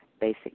basic